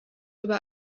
über